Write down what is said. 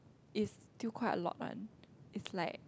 is still quite a lot one is like